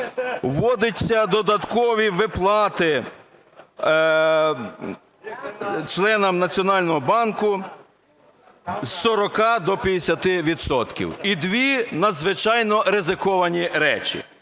Вводяться додаткові виплати членам Національного банку з 40 до 50 відсотків. І дві надзвичайно ризиковані речі.